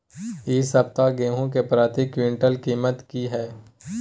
इ सप्ताह गेहूं के प्रति क्विंटल कीमत की हय?